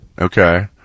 Okay